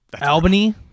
Albany